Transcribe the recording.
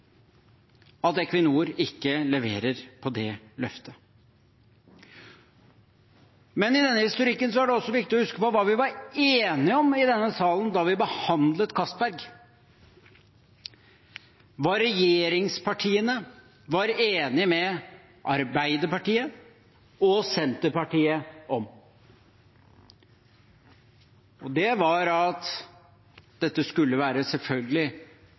at Equinor ikke leverer på det løftet. Men i denne historikken er det også viktig å huske hva vi var enige om i denne salen da vi behandlet Castberg, hva regjeringspartiene var enige med Arbeiderpartiet og Senterpartiet om. Det var at dette selvfølgelig skulle være